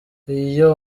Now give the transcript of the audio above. iyo